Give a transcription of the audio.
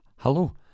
Hello